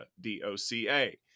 D-O-C-A